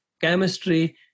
chemistry